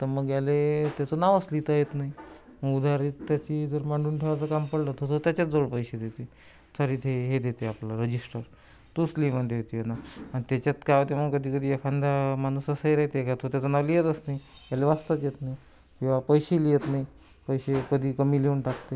तर मग याला त्याचं नावच लिहिता येत नाही मग उधारी त्याची जर मांडून ठेवायचं काम पडलं तर त्याच्याच जवळ पैसे देते तरी ते हे देते आपलं रजिस्टर तोच लिहून देते त्यांना आणि त्याच्यात काय होते मग कधी कधी एखादा माणूस असाही राहते का तो त्याचं नाव लिहतच नाही ह्याले वाचताच येत नई किंवा पैसेही लिहत नाही पैसे कधी कमी लिहून टाकते